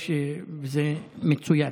זה מצויץ.